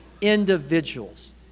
individuals